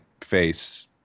face